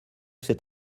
cet